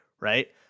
right